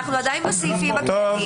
כשמעבירים את הדברים מהר,